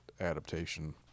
adaptation